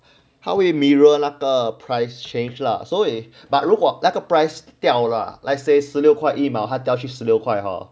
他会 mirror 那个 price change lah 所以 but 如果那个 price 掉了 let's says 六块一毛它掉去十六块 hor